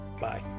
Bye